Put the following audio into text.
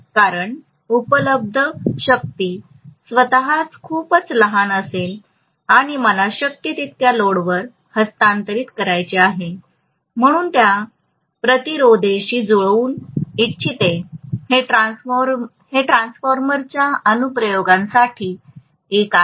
कारण उपलब्ध शक्ती स्वतःच खूपच लहान असेल आणि मला शक्य तितक्या लोडवर हस्तांतरित करायचे आहे म्हणून मी त्या प्रतिरोधेशी जुळवू इच्छितो हे ट्रान्सफॉर्मरच्या अनुप्रयोगांपैकी एक आहे